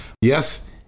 Yes